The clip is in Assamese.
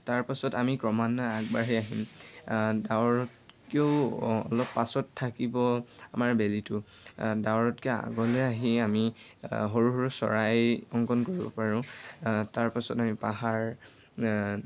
তাৰপাছত আমি ক্ৰমান্বয়ে আগবাঢ়ি আহিম ডাৱৰতকৈও অলপ পাছত থাকিব আমাৰ বেলিটো ডাৱৰতকৈ আগলৈ আহি আমি সৰু সৰু চৰাই অংকন কৰিব পাৰোঁ তাৰপাছত আমি পাহাৰ